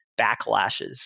backlashes